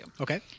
Okay